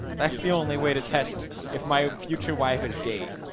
that's the only way to test if my future wife is gay.